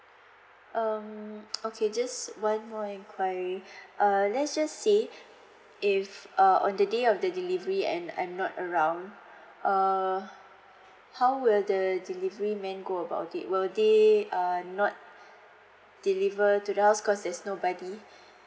um okay just one more enquiry uh let's just say if uh on the day of the delivery and I'm not around uh how will the delivery man go about it will they err not deliver to the house because there's nobody